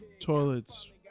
toilets